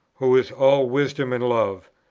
who is all wisdom and love,